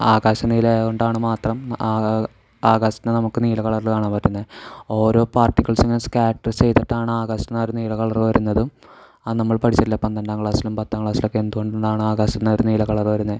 ആകാശം നീല ആയതുകൊണ്ടാണ് മാത്രം ആ ആ ആകാശത്തിന് നമുക്ക് നീല കളറിൽ കാണാൻ പറ്റുന്നത് ഓരോ പാർട്ടിക്കിൾസും ഇങ്ങനെ സ്കാറ്റർ ചെയ്തിട്ടാണ് ആകാശത്തിന് ആ ഒരു നീല കളർ വരുന്നതും അത് നമ്മൾ പഠിച്ചിട്ടില്ലേ പന്ത്രണ്ടാം ക്ലാസ്സിലും പത്താം ക്ലാസ്സിലൊക്കെ എന്തുകൊണ്ടാണ് ആകാശത്തിന് ഒരു നീല കളർ വരുന്നത്